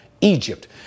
Egypt